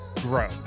grow